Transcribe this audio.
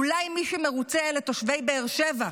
אולי מי שמרוצה הוא תושבי באר שבע?